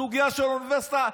סוגיה שהאוניברסיטה,